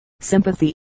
sympathy